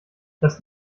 das